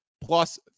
plus